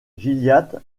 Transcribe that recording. gilliatt